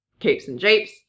capesandjapes